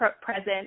present